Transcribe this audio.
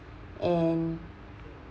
and